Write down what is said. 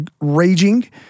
raging